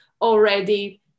already